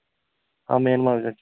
हां main market